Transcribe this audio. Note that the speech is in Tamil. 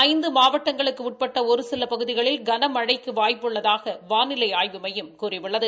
ஐந்து மாவட்டங்களுக்கு உட்பட்ட ஒரு சில பகுதிகளில் கனமழைக்கு வாய்ப்பு உள்ளதாக வானிலை ஆய்வு மையம் கூறியுள்ளது